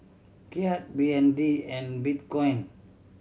Kyat B N D and Bitcoin